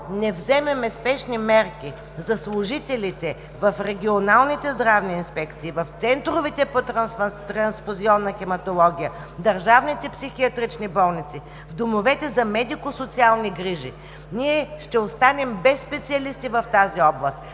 не вземем спешни мерки за служителите в регионалните здравни инспекции, в центровете по трансфузионна хематология, в държавните психиатрични болници, в домовете за медико-социални грижи, ние ще останем без специалисти в тази област.